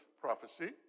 prophecy